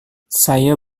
saya